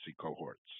cohorts